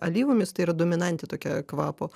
alyvomis tai yra dominantė tokia kvapo